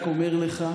אני רק אומר לך,